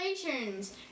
Congratulations